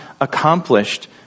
accomplished